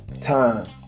Time